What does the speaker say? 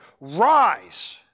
Rise